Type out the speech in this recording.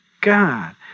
God